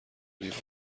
لیوان